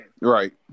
Right